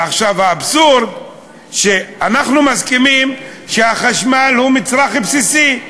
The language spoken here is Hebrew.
ועכשיו האבסורד: אנחנו מסכימים שהחשמל הוא מצרך בסיסי.